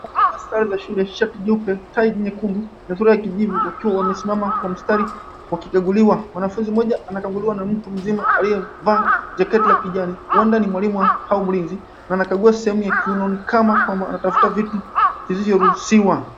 Waliovaa sare za shule, shati jeupe, tai nyekundu na suruali ya kijivu, wakiwa wamesimama kwa mstari, wakikaguliwa. Mwanafunzi mmoja anakaguliwa na mtu mzima aliyevaa, jaketi la kijani, huenda ni mwalimu wao, au mlinzi, na anakagua sehemu ya kiunoni kama kwamba anatafuta vitu, visivyoruhusiwa.